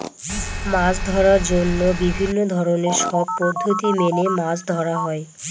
মাছ ধরার জন্য বিভিন্ন ধরনের সব পদ্ধতি মেনে মাছ ধরা হয়